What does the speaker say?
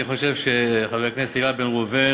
אני חושב שחבר הכנסת איל בן ראובן,